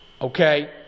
Okay